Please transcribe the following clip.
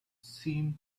seemed